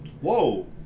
Whoa